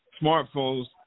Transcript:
smartphones